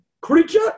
creature